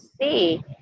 see